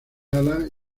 alas